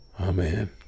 Amen